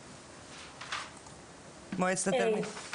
בבקשה.